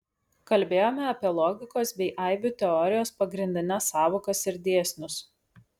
kalbėjome apie logikos bei aibių teorijos pagrindines sąvokas ir dėsnius